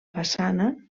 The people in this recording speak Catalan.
façana